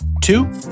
Two